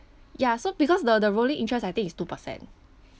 ya so because the the rolling interest I think is two percent